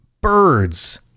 Birds